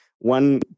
one